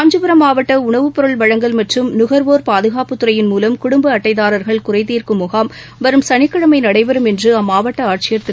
காஞ்சிபுரம் மாவட்ட உணவுப்பொருள் வழங்கல் மற்றம் நுகர்வோர் பாதுகாப்புத்துறையின் மூலம் குடும்ப அட்டைதார்கள் குறை தீர்க்கும் முகாம் வரும் சனிக்கிழமை நடைபெறும் என்று அம்மாவட்ட ஆட்சியர் திரு